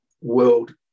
world